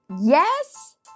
yes